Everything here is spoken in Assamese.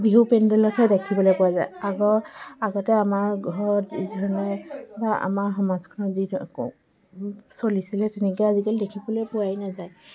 বিহু পেণ্ডেলতহে দেখিবলৈ পোৱা যায় আগৰ আগতে আমাৰ ঘৰত আমাৰ সমাজখনত যি চলিছিলে তেনেকৈ আজিকালি দেখিবলৈ পোৱাই নাযায়